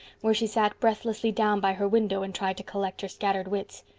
where she sat breathlessly down by her window and tried to collect her scattered wits.